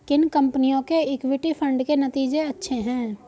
किन कंपनियों के इक्विटी फंड के नतीजे अच्छे हैं?